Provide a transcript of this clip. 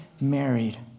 married